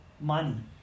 money